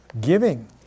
Giving